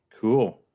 Cool